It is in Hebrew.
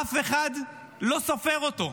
אף אחד לא סופר אותו.